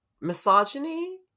misogyny